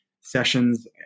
sessions